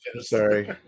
Sorry